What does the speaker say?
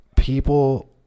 People